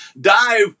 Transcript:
Dive